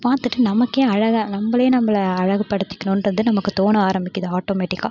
பார்த்துட்டு நமக்கே அழகாக நம்மளே நம்மள அழகுபடுத்திக்கணுன்றது நமக்கு தோண ஆரம்பிக்குது ஆட்டோமெட்டிக்காக